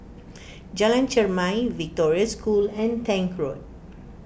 Jalan Chermai Victoria School and Tank Road